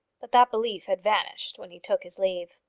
but that belief had vanished when he took his leave.